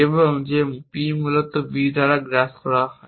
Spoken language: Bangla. এবং যে p মূলত b দ্বারা গ্রাস করা হয়